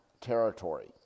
territory